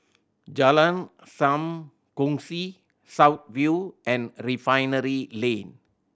Jalan Sam Kongsi South View and Refinery Lane